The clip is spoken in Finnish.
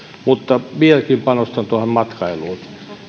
mutta vieläkin panostan matkailuun